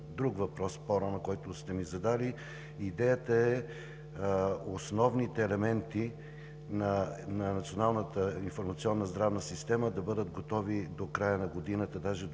друг въпрос, който ми зададохте. Идеята е основните елементи на Националната информационна здравна система да бъдат готови до края на годината,